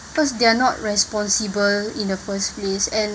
first they are not responsible in the first place and